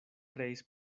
kreis